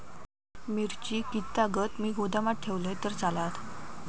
मिरची कीततागत मी गोदामात ठेवलंय तर चालात?